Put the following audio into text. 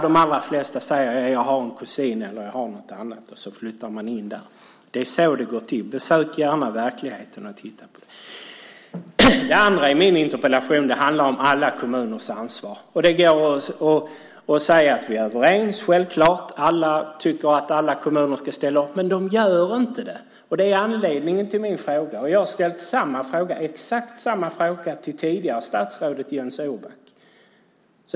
De allra flesta säger att de har en kusin eller någon annan, och så flyttar de in där. Det är så det går till. Besök gärna verkligheten och titta på den. Det andra i min interpellation handlar om alla kommuners ansvar. Det går att säga att vi är överens. Alla tycker självfallet att alla kommuner ska ställa upp, men de gör inte det. Det är anledningen till min fråga. Jag har ställt exakt samma fråga till det tidigare statsrådet Jens Orback.